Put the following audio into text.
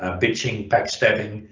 ah bitching, backstabbing,